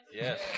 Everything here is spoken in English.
Yes